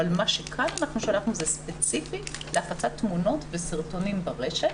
אבל מה שכאן שלחנו זה ספציפית להפצת תמונות וסרטונים ברשת.